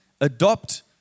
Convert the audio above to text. adopt